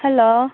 hello